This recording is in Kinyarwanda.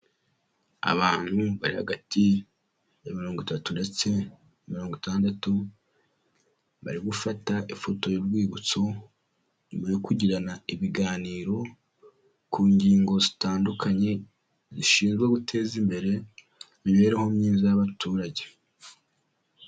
Abantu bari hagati ya mirongo itatu ndetse na mirongo itandatu, bari gufata ifoto y'urwibutso, nyuma yo kugirana ibiganiro, ku ngingo zitandukanye, zishinzwe guteza imbere imibereho myiza y'abaturage.